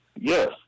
Yes